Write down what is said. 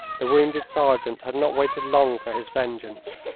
the wounded sergeant had not waited long for his vengeance.